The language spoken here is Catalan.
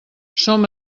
som